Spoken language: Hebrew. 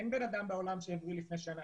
אין בן אדם בעולם שהבריא לפני שנה.